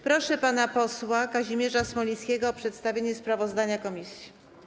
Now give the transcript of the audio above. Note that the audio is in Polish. Proszę pana posła Kazimierza Smolińskiego o przedstawienie sprawozdania komisji.